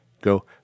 Go